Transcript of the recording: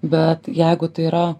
bet jeigu tai yra